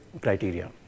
criteria